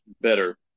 better